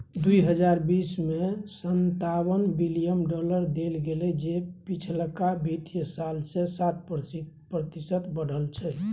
दुइ हजार बीस में सनतावन बिलियन डॉलर देल गेले जे पिछलका वित्तीय साल से सात प्रतिशत बढ़ल छै